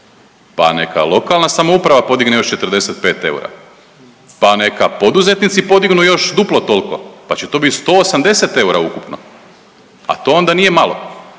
pa neka lokalna samouprava podigne još 45 eura, pa neka poduzetnici podignu još duplo toliko, pa će to biti 180 eura ukupno, a to onda nije malo.